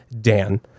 Dan